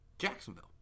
Jacksonville